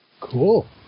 Cool